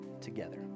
together